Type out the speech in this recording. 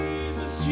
Jesus